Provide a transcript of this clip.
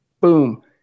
boom